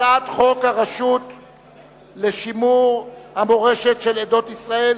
הצעת חוק הרשות לשימור המורשת של עדות ישראל,